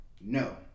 no